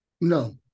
No